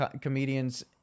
comedians